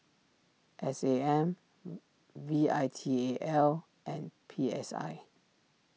S A M V I T A L and P S I